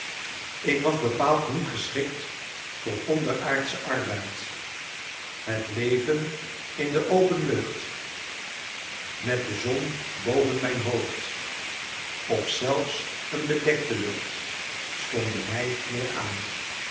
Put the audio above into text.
ik was bepaald niet geschikt voor onderaardschen arbeid het leven in de open lucht met de zon boven mijn hoofd of zelfs een bedekte lucht stonden mij meer aan